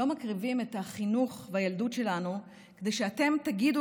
"לא מקריבים את החינוך והילדות שלנו כדי שאתם תגידו